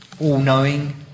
all-knowing